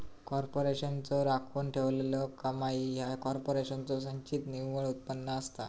कॉर्पोरेशनचो राखून ठेवलेला कमाई ह्या कॉर्पोरेशनचो संचित निव्वळ उत्पन्न असता